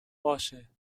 باشه